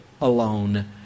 alone